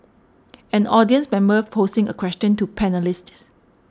an audience member posing a question to panellists